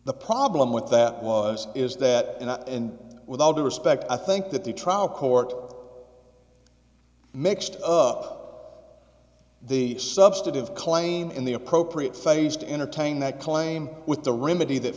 the problem with that was is that not and with all due respect i think that the trial court mixed up the substantive claim in the appropriate phase to entertain that claim with the rimini that